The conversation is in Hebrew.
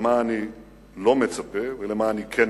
למה אני לא מצפה ולמה אני כן מצפה.